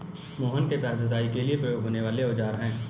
मोहन के पास जुताई के लिए प्रयोग होने वाले औज़ार है